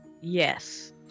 yes